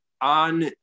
on